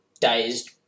dazed